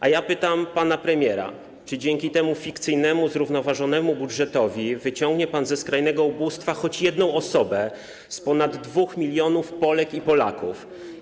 A ja pytam pana premiera: Czy dzięki temu fikcyjnemu, zrównoważonemu budżetowi wyciągnie pan ze skrajnego ubóstwa choć jedną osobę z ponad 2 mln Polek i Polaków?